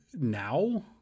now